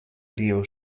leo